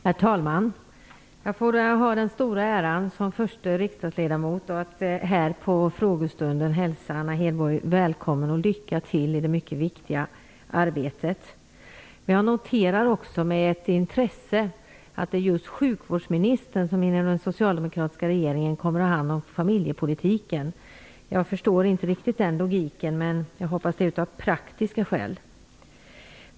Herr talman! Jag har den stora äran att som första riksdagsledamot här vid frågestunden få hälsa Anna Hedborg välkommen och lycka till i det mycket viktiga arbetet. Jag noterar också med intresse att det är just sjukvårdsministern i den socialdemokratiska regeringen som kommer att ha hand om familjepolitiken. Jag förstår inte riktigt logiken, men jag hoppas att det är av praktiska skäl.